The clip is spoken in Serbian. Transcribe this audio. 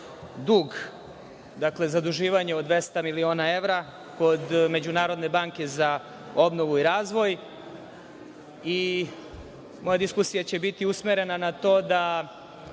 dug, dakle, zaduživanje od 200 miliona evra kod Međunarodne banke za obnovu i razvoj. Moja diskusija će biti usmerena na to da